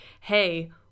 hey